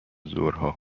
ظهرها